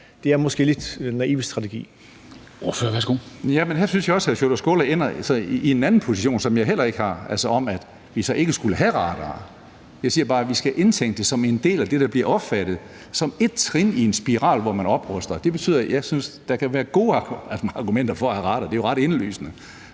Det er måske en lidt naiv strategi.